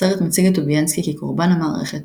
הסרט מציג את טוביאנסקי כקורבן המערכת